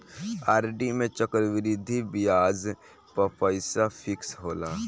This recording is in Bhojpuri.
आर.डी में चक्रवृद्धि बियाज पअ पईसा फिक्स होला